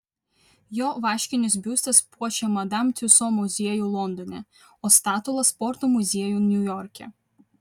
jo vaškinis biustas puošia madam tiuso muziejų londone o statula sporto muziejų niujorke